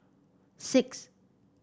six